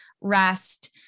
rest